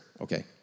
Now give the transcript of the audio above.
okay